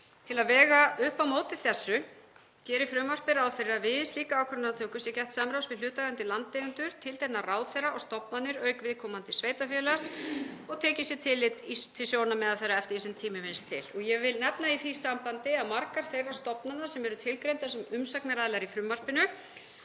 Til að vega upp á móti þessu gerir frumvarpið ráð fyrir að við slíka ákvarðanatöku sé gætt samráðs við hlutaðeigandi landeigendur, tiltekna ráðherra og stofnanir auk viðkomandi sveitarfélags og tekið sé tillit til sjónarmiða þeirra eftir því sem tími vinnst til. Ég vil nefna í því sambandi að margar þeirra stofnana sem eru tilgreindar sem umsagnaraðilar í frumvarpinu